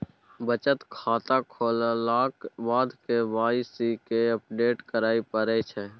बचत खाता खोललाक बाद के वाइ सी केँ अपडेट करय परै छै